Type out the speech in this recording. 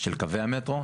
של קווי המטרו,